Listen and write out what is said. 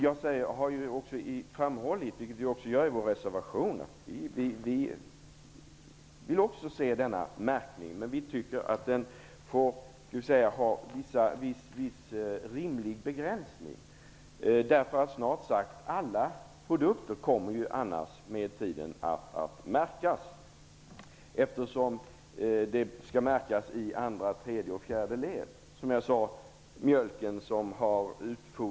Jag har framhållit, vilket vi också gör i vår reservation, att också vi vill se denna märkning. Men vi tycker att den får ha viss rimlig begränsning. Snart sagt alla produkter kommer annars att märkas med tiden, eftersom det skall märkas i andra, tredje och fjärde led.